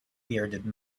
bearded